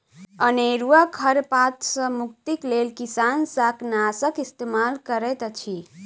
अनेरुआ खर पात सॅ मुक्तिक लेल किसान शाकनाशक इस्तेमाल करैत अछि